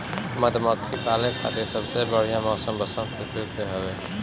मधुमक्खी पाले खातिर सबसे बढ़िया मौसम वसंत ऋतू के हवे